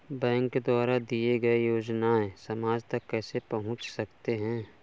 Bank द्वारा दिए गए योजनाएँ समाज तक कैसे पहुँच सकते हैं?